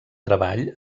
treball